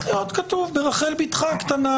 בפרקטיקה,